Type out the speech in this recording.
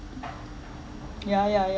ya ya ya